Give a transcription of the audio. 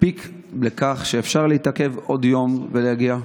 מספקת לכך שאפשר להתעכב עוד יום ולהגיע?